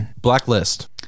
blacklist